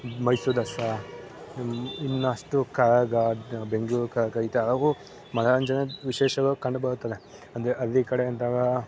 ಮೈಸೂರು ದಸರಾ ಇನ್ನೂ ಇನ್ನಷ್ಟು ಕರಗ ಬೆಂಗ್ಳೂರು ಕರಗ ಈ ಥರ ಹಲವು ಮನೋರಂಜನೆ ವಿಶೇಷವಾಗಿ ಕಂಡುಬರುತ್ತದೆ ಅಂದರೆ ಅಲ್ಲಿ ಕಡೆ ಅಂದಾಗ